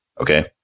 okay